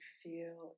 feel